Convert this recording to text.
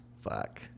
Fuck